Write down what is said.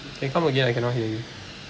can come again I cannot hear you